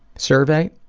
survey,